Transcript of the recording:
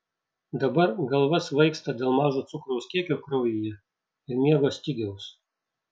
dabar galva svaigsta dėl mažo cukraus kiekio kraujyje ir miego stygiaus